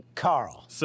Carl